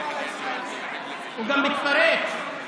הוא גם מתפרץ.